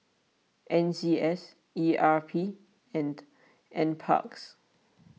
N C S E R P and NParks